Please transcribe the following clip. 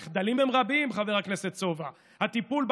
מיסים, מיסים ועוד מיסים, למה?